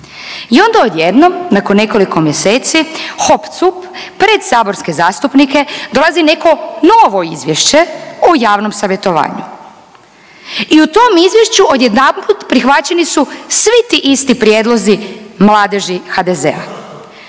I onda odjednom nakon nekoliko mjeseci hop cup pred saborske zastupnike dolazi neko novo izvješće o javnom savjetovanju. I u tom izvješću odjedanput prihvaćeni su svi ti isti prijedlozi mladeži HDZ-a.